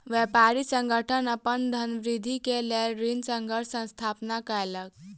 व्यापारी संगठन अपन धनवृद्धि के लेल ऋण संघक स्थापना केलक